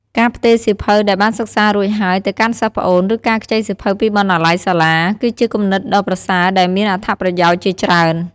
ការផ្ទេរសៀវភៅដែលបានសិក្សារួចហើយទៅកាន់សិស្សប្អូន ឬការខ្ចីសៀវភៅពីបណ្ណាល័យសាលា គឺជាគំនិតដ៏ប្រសើរដែលមានអត្ថប្រយោជន៍ជាច្រើន។